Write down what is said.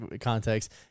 context